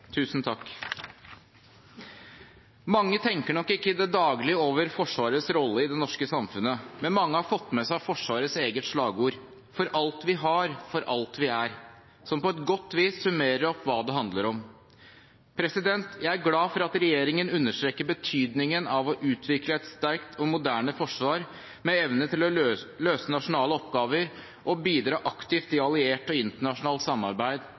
Tusen takk. Mange tenker nok ikke til daglig over Forsvarets rolle i det norske samfunnet, men mange har fått med seg Forsvarets eget slagord, «For alt vi har. Og alt vi er.», som på et godt vis summerer opp hva det handler om. Jeg er glad for at regjeringen understreker betydningen av å utvikle et sterkt og moderne forsvar med evne til å løse nasjonale oppgaver og bidra aktivt i alliert og internasjonalt samarbeid